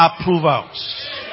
approvals